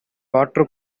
water